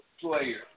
player